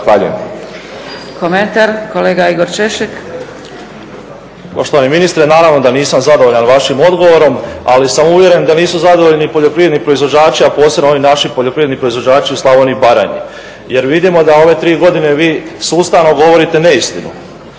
Češek. **Češek, Igor (HDSSB)** Poštovani ministre, naravno da nisam zadovoljan vašim odgovorom ali sam uvjeren da nisu zadovoljni ni poljoprivredni proizvođači, a posebno oni naši poljoprivredni proizvođači u Slavoniji i Baranji. Jer vidimo da ove tri godine vi sustavno govorite neistinu.